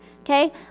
okay